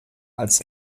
als